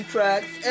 Tracks